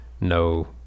no